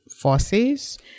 forces